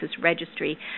Registry